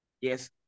yes